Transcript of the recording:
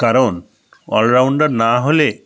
কারণ অলরাউন্ডার না হলে